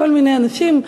כל מיני אנשים,